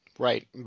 Right